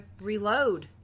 reload